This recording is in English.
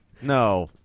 no